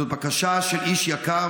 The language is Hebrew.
זאת בקשה של איש יקר,